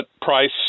price